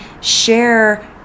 share